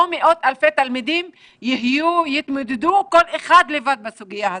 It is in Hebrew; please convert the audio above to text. מאות אלפי תלמידים יתמודד כל אחד לבד בסוגיה הזאת.